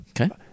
Okay